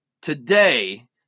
Today